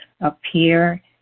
appear